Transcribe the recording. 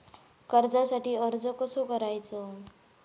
कर्जासाठी अर्ज कसो करायचो?